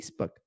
Facebook